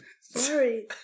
sorry